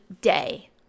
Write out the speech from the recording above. day